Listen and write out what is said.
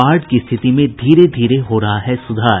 बाढ़ की स्थिति में धीरे धीरे हो रहा है सुधार